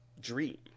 Dream